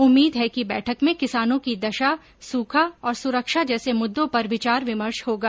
उम्मीद है कि बैठक में किसानों की दशा सूखा और सुरक्षा जैसे मुददों पर विचार विमर्श होगा